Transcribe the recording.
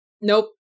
Nope